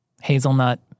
hazelnut